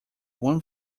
one